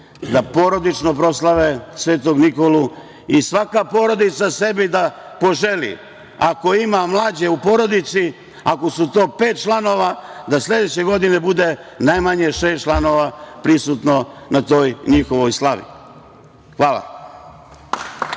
da porodično proslave i svaka porodica da sebi poželi ako ima mlađe u porodici, ako su to pet članova, da sledeće godine bude najmanje šest članova prisutno na toj njihovoj slavi. Hvala.